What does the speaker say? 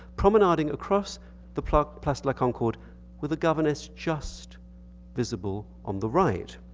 promenading across the place place la concorde with a governess just visible on the right.